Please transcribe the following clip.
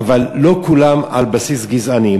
אבל לא כולן על בסיס גזעני.